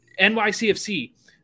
NYCFC